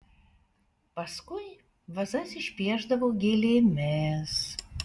paskui vazas išpiešdavo gėlėmis